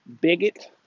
bigot